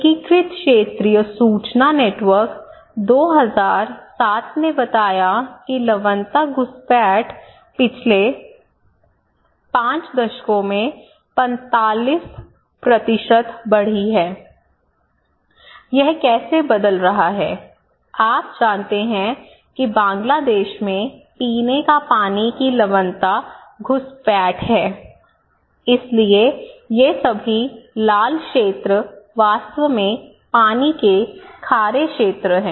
एकीकृत क्षेत्रीय सूचना नेटवर्क 2007 ने बताया कि लवणता घुसपैठ पिछले 5 दशकों में 45 बढ़ी है यह कैसे बदल रहा है आप जानते हैं कि बांग्लादेश में पानी की लवणता घुसपैठ है इसलिए ये सभी लाल क्षेत्र वास्तव में पानी के खारे क्षेत्र हैं